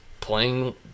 playing